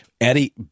Eddie